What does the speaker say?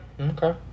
okay